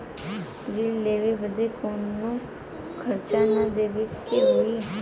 ऋण लेवे बदे कउनो खर्चा ना न देवे के होई?